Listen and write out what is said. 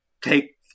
take